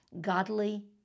godly